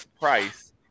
price